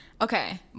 Okay